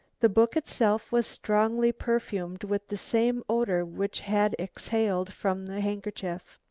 the book itself was strongly perfumed with the same odour which had exhaled from the handkerchief.